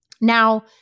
Now